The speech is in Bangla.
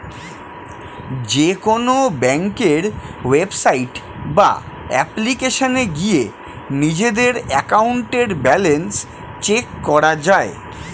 যেকোনো ব্যাংকের ওয়েবসাইট বা অ্যাপ্লিকেশনে গিয়ে নিজেদের অ্যাকাউন্টের ব্যালেন্স চেক করা যায়